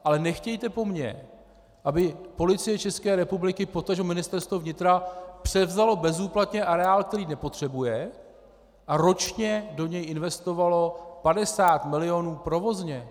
Ale nechtějte po mně, aby Policie České republiky, potažmo Ministerstvo vnitra převzalo bezúplatně areál, který nepotřebuje, a ročně do něj investovalo 50 milionů provozně.